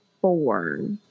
four